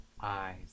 eyes